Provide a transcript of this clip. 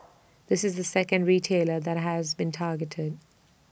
this is the second retailer that has been targeted